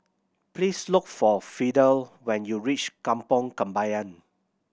please look for Fidel when you reach Kampong Kembangan